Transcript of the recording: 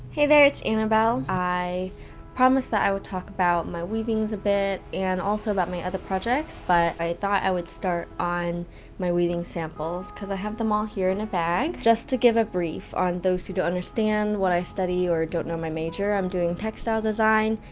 hey there, it's annabelle. i promised that i would talk about my weavings a bit, and also about my other projects, but i thought i would start on my weaving samples, cus i have them all here in a bag. just to give a brief, on those who don't understand what i study, or don't know my major, i'm doing textile design,